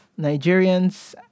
Nigerians